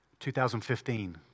2015